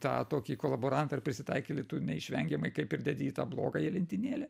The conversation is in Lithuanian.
tą tokį kolaborantą ir prisitaikėlį tu neišvengiamai kaip ir dedi į tą blogąją lentynėlę